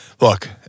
look